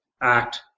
act